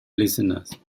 listeners